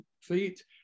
feet